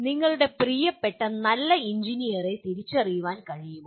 നിങ്ങളുടെ പ്രിയപ്പെട്ട നല്ല എഞ്ചിനീയറെ തിരിച്ചറിയാൻ കഴിയുമോ